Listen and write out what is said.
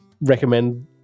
recommend